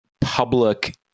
public